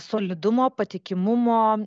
solidumo patikimumo